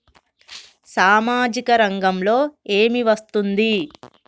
సామాజిక రంగంలో ఏమి వస్తుంది?